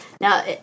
Now